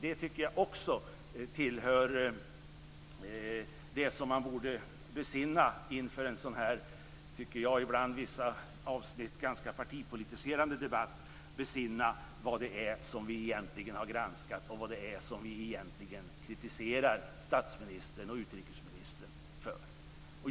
Jag tycker att det i vissa avsnitt är en ganska partipolitiserande debatt och att vi bör besinna oss när det gäller vad det är som vi har granskat och vad det egentligen är som vi kritiserar statsministern och utrikesministern för.